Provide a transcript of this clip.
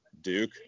Duke